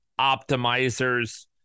optimizers